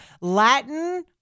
Latin